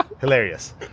hilarious